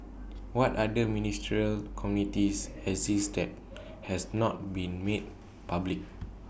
what other ministerial committees exist that has not been made public